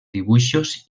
dibuixos